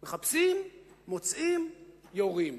מחפשים, מוצאים, יורים.